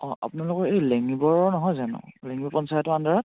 অঁ আপোনালোকৰ এই লেঙিবৰ নহয় জানো লেঙিবৰ পঞ্চায়ত আণ্ডাৰত